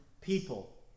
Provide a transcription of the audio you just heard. people